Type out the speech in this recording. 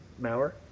mauer